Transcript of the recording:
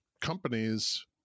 companies